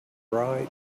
right